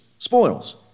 Spoils